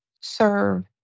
serve